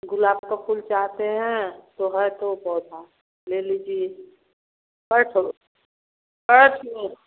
गुलाब का फूल चाहते हैं तो है तो पौधा ले लीजिए खैर छोड़ो सच में